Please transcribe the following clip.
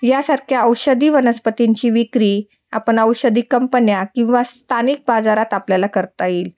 यासारख्या औषधी वनस्पतींची विक्री आपण औषधी कंपन्या किंवा स्थानिक बाजारात आपल्याला करता येईल